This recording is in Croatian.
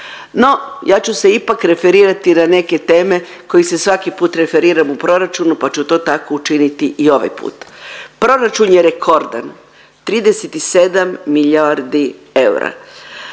No, ja ću se ipak referirati na neke teme koji se svaki put referiram u proračunu pa ću to tako učiniti i ovaj put. Proračun je rekordan. 37 milijardi eura.